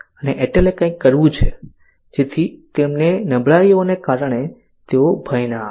અને એરટેલે કંઈક કરવું છે જેથી તેમની નબળાઈઓને કારણે તેઓ ભય ન આવે